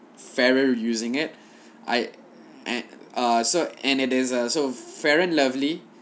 fairer using it I and err so and it is a so fair and lovely